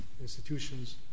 institutions